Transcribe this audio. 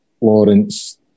Lawrence